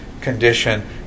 condition